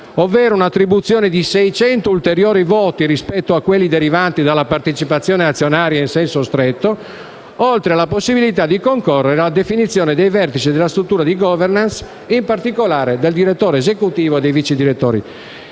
ovvero un'attribuzione di 600 ulteriori voti rispetto a quelli derivanti dalla partecipazione azionaria in senso stretto, oltre alla possibilità di concorrere alla definizione dei vertici della struttura di *governance*, in particolare del direttore esecutivo e dei vice direttori.